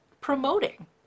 promoting